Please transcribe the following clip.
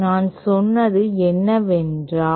நான் சொல்வது என்னவென்றால்